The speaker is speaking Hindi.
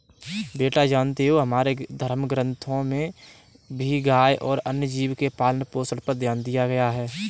बेटा जानते हो हमारे धर्म ग्रंथों में भी गाय और अन्य जीव के पालन पोषण पर ध्यान दिया गया है